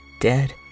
dead